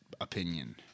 opinion